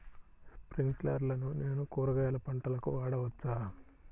స్ప్రింక్లర్లను నేను కూరగాయల పంటలకు వాడవచ్చా?